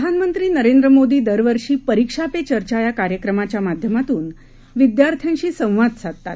प्रधानमंत्री नरेंद्र मोदी दरवर्षी परीक्षा पे चर्चा या कार्यक्रमाच्या माध्यमांतून विद्यार्थ्यांशी संवाद साधतात